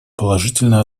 положительно